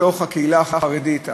מתוך הקהילה החרדית,